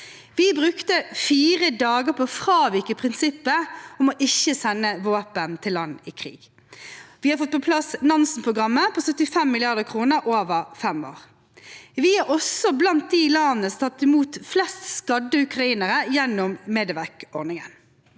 Vi brukte fire dager på å fravike prinsippet om ikke å sende våpen til land i krig. Vi har fått på plass Nansen-programmet for Ukraina, på 75 mrd. kr over fem år. Vi er også blant de landene som har tatt imot flest skadde ukrainere gjennom Medevac-ordningen.